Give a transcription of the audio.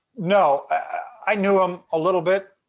no. i knew him a little bit.